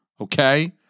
okay